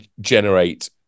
generate